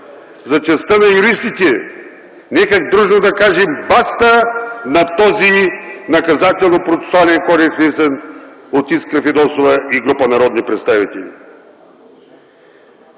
за честта на юристите, нека дружно да кажем „Баста!” на този Наказателно-процесуален кодекс, внесен от Искра Фидосова и група народни представители.